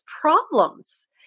problems